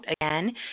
Again